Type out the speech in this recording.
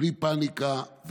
בלי פניקה,